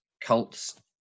cults